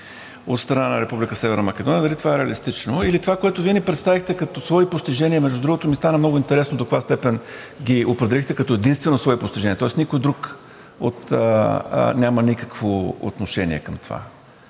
Северна Македония, дали това е реалистично, или това, което Вие ни представихте като свои постижения? Между другото, ми стана много интересно до каква степен ги определихте като единствено свое постижение, тоест никой друг няма никакво отношение към това.